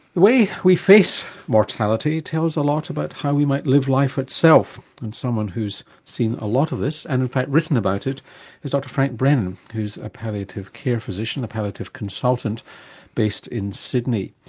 the way we face mortality tells a lot about how we might live life itself and someone who's seen a lot of this and in fact written about it is dr. frank brennan who's a palliative care physician, a palliative consultant based in sydney.